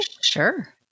Sure